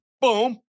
Boom